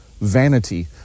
vanity